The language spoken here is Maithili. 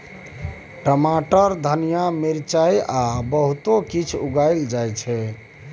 टमाटर, धनिया, मिरचाई आ बहुतो किछ उगाएल जाइ छै